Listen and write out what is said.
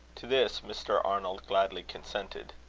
to this mr. arnold gladly consented.